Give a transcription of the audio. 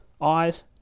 eyes